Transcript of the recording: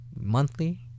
monthly